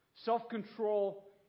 Self-control